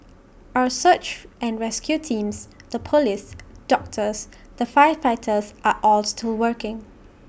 our search and rescue teams the Police doctors the firefighters are all still working